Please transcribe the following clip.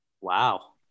Wow